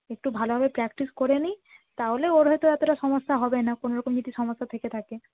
একটু ভালোভাবে প্র্যাক্টিস করে নিক তাহলে ওর হয়তো এতটা সমস্যা হবে না কোনো রকম যদি সমস্যা থেকে থাকে